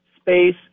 space